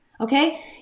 okay